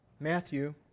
Matthew